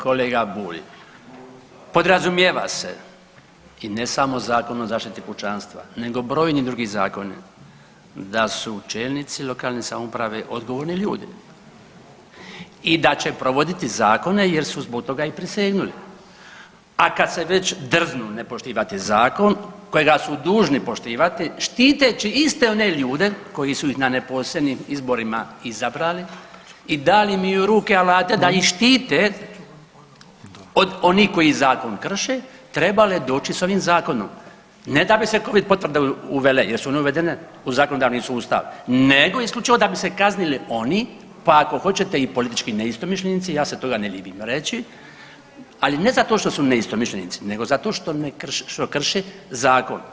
Kolega Bulj, podrazumijeva se i ne samo Zakon o zaštiti pučanstva nego brojni drugi zakoni da su čelnici lokalne samouprave odgovorni ljudi i da će provoditi zakone jer su zbog toga i prisegnuli, a kad se već drznu ne poštivati zakon kojega su dužni poštivati štiteći iste one ljude koji su ih na neposrednim izborima izabrali i dali im i u ruke alate da ih štite od onih koji zakon krše trebale doći s ovim zakonom, ne da bi se covid potvrde uvele jer su one uvedene u zakonodavni sustav nego isključivo da bi se kaznili oni, pa ko hoćete i politički neistomišljenici, ja se toga ne libim reći, ali ne zato što su neistomišljenici nego zato što krše zakon.